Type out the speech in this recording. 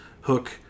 Hook